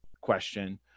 question